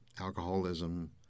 alcoholism